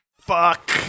Fuck